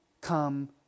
come